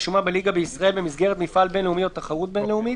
בליגה בישראל במסגרת מפעל בין-לאומי או תחרות בין-לאומית,